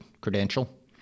credential